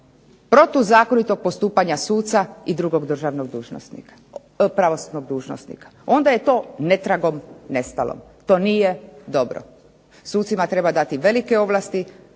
protuzakonitog postupanja suda i drugog pravosudnog dužnosnika, onda je to netragom nestalo. To nije dobro. Sucima treba dati velike ovlasti,